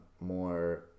more